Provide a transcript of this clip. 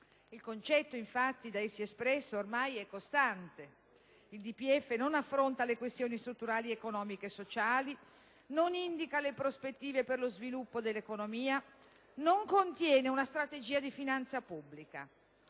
Il concetto, infatti, da essi espresso ormai è costante: il DPEF non affronta le questioni strutturali economiche e sociali, non indica le prospettive per lo sviluppo dell'economia, non contiene una strategia di finanza pubblica.